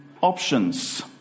options